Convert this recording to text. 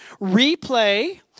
replay